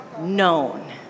known